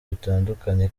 bitandukanye